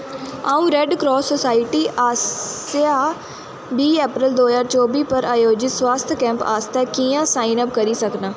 अ'ऊं Red Cross Society आसेआ बीह् अप्रैल दो ज्हार चौबी पर आयोजत स्वास्थ कैंप आस्तै कि'यां साइन अप करी सकनां